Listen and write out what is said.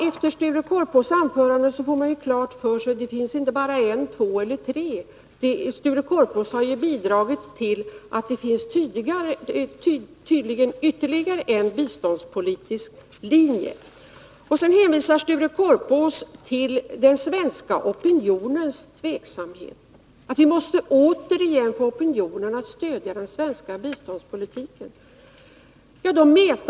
Efter Sture Korpås anförande fick vi klart för oss att det inte bara finns en eller två, utan kanske tre biståndspolitiska uppfattningar. Sture Korpås har nämligen bidragit med ytterligare en biståndspolitisk linje. Sture Korpås hänvisade till den svenska opinionens tveksamhet. Vi måste återigen få opinionen att stödja den svenska biståndspolitiken, sade han.